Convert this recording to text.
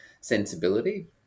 sensibility